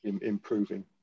improving